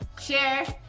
share